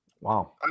Wow